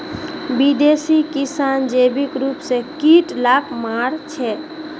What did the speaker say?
विदेशी किसान जैविक रूप स कीट लाक मार छेक